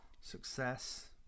Success